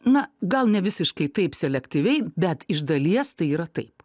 na gal nevisiškai taip selektyviai bet iš dalies tai yra taip